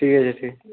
ঠিক আছে